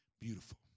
Beautiful